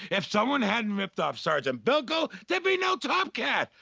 if someone hadn't ripped off sergeant bilco, there'd be no tomcat.